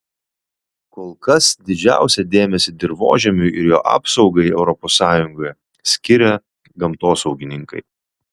kol kas didžiausią dėmesį dirvožemiui ir jo apsaugai europos sąjungoje skiria gamtosaugininkai